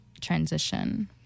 transition